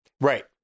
Right